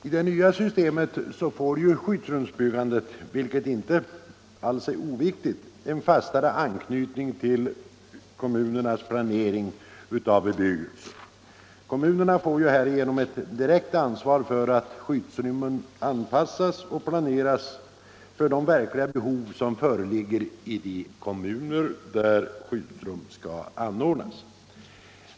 I.det nya systemet får skyddsrumsbyggandet, vilket inte alls är oviktigt, en fastare anknytning till kommunernas planering av bebyggelsen. Kommunerna får härigenom ett direkt ansvar för att skyddsrummen anpassas och planeras för de verkliga behov som föreligger i de kommuner där skyddsrum skall anordnas.